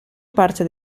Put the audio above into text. parte